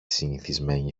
συνηθισμένη